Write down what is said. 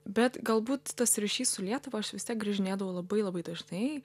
bet galbūt tas ryšys su lietuva aš vis tiek grįžinėdavau labai labai dažnai